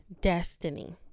Destiny